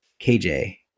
KJ